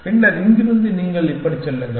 பின்னர் இங்கிருந்து நீங்கள் இப்படி செல்லுங்கள்